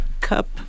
cup-